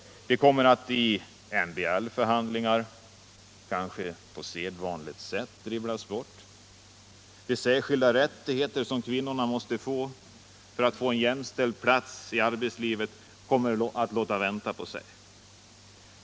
De kommer kanske i MBL-förhandlingar att på sedvanligt sätt dribblas bort. De särskilda rättigheter som kvinnorna måste ha för att få en jämställd plats i arbetslivet kommer att låta vänta på sig.